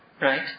Right